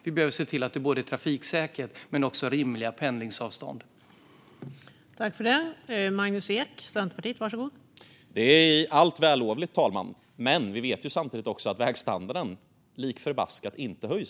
Vi behöver se till både att det är trafiksäkert och att pendlingsavstånden är rimliga.